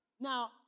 Now